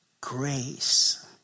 grace